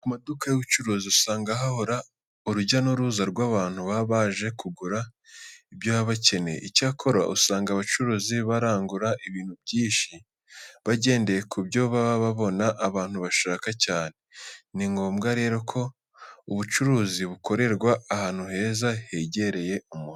Ku maduka y'ubucuruzi usanga hahora urujya n'uruza rw'abantu baba baje kugura ibyo baba bakeneye. Icyakora usanga abacuruzi barangura ibintu byinshi bagendeye ku byo baba babona abantu bashaka cyane. Ni ngombwa rero ko ubucuruzi bukorerwa ahantu heza hegereye umuhanda.